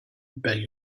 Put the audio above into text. beg